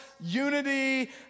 unity